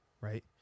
Right